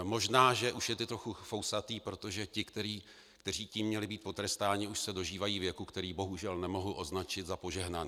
Možná že už je teď trochu fousatý, protože ti, kteří tím měli být potrestáni, už se dožívají věku, který bohužel nemohu označit za požehnaný.